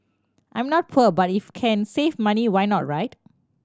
I'm not poor but if can save money why not right